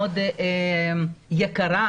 מאוד יקרה,